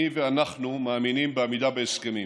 אני ואנחנו מאמינים בעמידה בהסכמים.